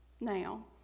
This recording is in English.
now